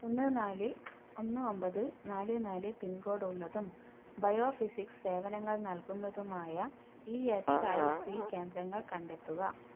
ഒന്ന് നാല് ഒന്ന് ഒമ്പത് നാല് നാല് പിൻകോഡ് ഉള്ളതും ബയോഫിസിക്സ് സേവനങ്ങൾ നൽകുന്നതുമായ ഇ എസ് ഐ സി കേന്ദ്രങ്ങൾ കണ്ടെത്തുക